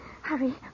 Hurry